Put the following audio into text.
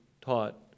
taught